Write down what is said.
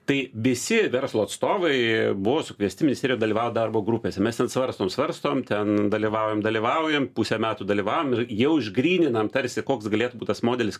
tai visi verslo atstovai buvo sukviesti ministerijoj dalyvaut darbo grupėse mes ten svarstom svarstom ten dalyvaujam dalyvaujam pusę metų dalyvavom ir jau išgryninam tarsi koks galėtų būt tas modelis